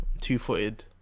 Two-footed